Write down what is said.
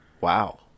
Wow